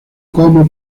como